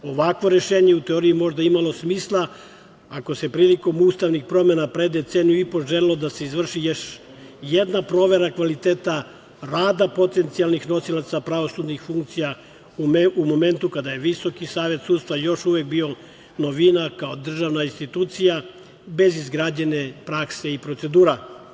Ovakvo rešenje je možda u teoriji imalo smisla, ako se prilikom donošenja ustavnih promena pre deceniju i po želelo da se izvrši još jedna provera kvaliteta rada potencijalnih nosilaca pravosudnih funkcija u momentu kada je Visoki savet sudstva još uvek bio novina kao državna institucija, bez izgrađene prakse i procedura.